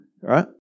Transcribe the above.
right